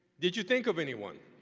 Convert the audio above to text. did you think of anyone?